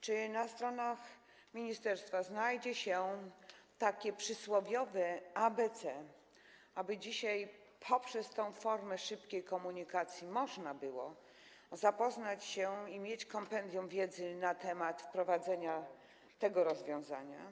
Czy na stronach ministerstwa znajdzie takie przysłowiowe ABC, aby dzisiaj poprzez tę formę szybkiej komunikacji można było zapoznać się i mieć kompendium wiedzy na temat wprowadzenia tego rozwiązania?